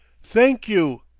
thank you!